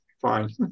fine